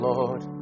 Lord